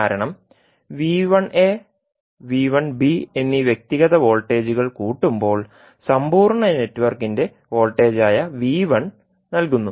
കാരണം എന്നീ വ്യക്തിഗത വോൾട്ടേജുകൾ കൂട്ടുമ്പോൾ സമ്പൂർണ്ണ നെറ്റ്വർക്കിന്റെ വോൾട്ടേജ് ആയ നൽകുന്നു